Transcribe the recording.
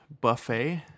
buffet